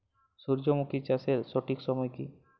সূর্যমুখী চাষের সঠিক সময় কি?